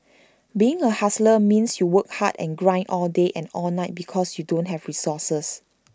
being A hustler means you work hard and grind all day and all night because you don't have resources